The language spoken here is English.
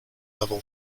level